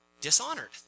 dishonored